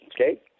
okay